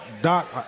Doc